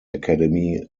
academy